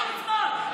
זאת הצביעות של השמאל.